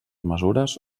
mesures